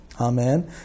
Amen